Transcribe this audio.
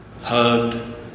hugged